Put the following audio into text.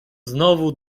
znowu